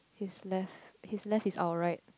his his left is our right